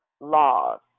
laws